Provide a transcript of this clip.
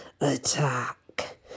Attack